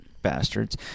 bastards